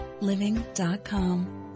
Living.com